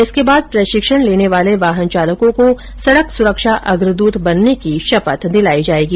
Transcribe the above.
इसके बाद प्रशिक्षण लेने वाले वाहन चालकों को सड़क सुरक्षा अग्रदूत बनने की शपथ दिलाई जाएगी